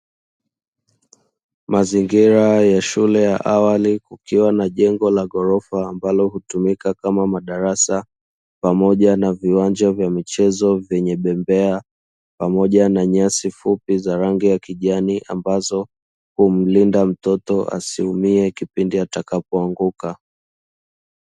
Mazingira ya shule ya awali, kukiwa na jengo la ghorofa ambalo hutumika kama madarasa pamoja na viwanja vya michezo vyenye bembea pamoja na nyasi fupi za rangi ya kijani, ambazo humlinda mtoto asiumie kipindi ambacho aanguka.